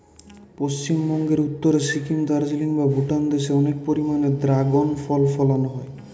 পশ্চিমবঙ্গের উত্তরে সিকিম, দার্জিলিং বা ভুটান দেশে অনেক পরিমাণে দ্রাগন ফল ফলানা হয়